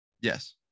Yes